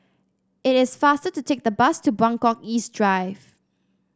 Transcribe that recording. it is faster to take the bus to Buangkok East Drive